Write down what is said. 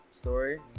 story